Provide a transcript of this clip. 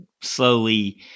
slowly